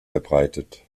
verbreitet